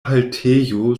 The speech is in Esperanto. haltejo